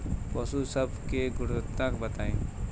पशु सब के गुणवत्ता बताई?